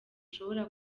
ushobora